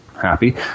happy